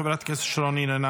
חברת הכנסת שרון ניר,